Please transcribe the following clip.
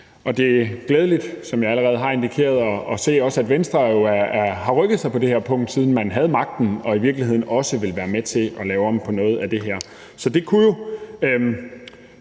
Og det er glædeligt, som jeg allerede har indikeret, at se, at Venstre jo har rykket sig på det her punkt, siden man havde magten, og at man i virkeligheden også vil være med til at lave om på noget af det her. Så det kunne jo